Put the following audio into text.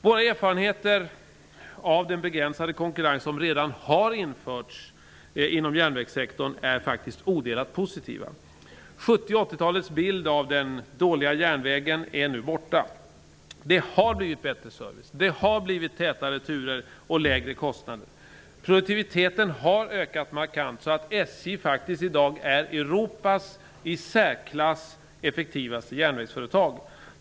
Våra erfarenheter av den begränsade konkurrens som redan har införts inom järnvägssektorn är faktiskt odelat positiva. 70 och 80-talets bild av den dåliga järnvägen är nu borta. Det har blivit bättre service, det har blivit tätare turer och lägre kostnader. Produktiviteten har ökat markant, så att SJ i dag är Europas i särklass effektivaste järnvägsföretag.